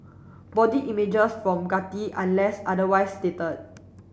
body images from Getty unless otherwise stated